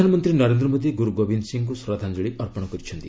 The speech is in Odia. ପ୍ରଧାନମନ୍ତ୍ରୀ ନରେନ୍ଦ୍ର ମୋଦି ଗୁରୁ ଗୋବିନ୍ଦ ସିଂହଙ୍କୁ ଶ୍ରଦ୍ଧାଞ୍ଚଳି ଅର୍ପଣ କରିଛନ୍ତି